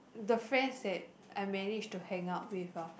the friends that I managed to hang out with ah